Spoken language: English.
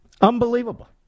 Unbelievable